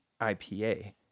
IPA